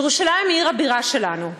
ירושלים היא עיר הבירה שלנו.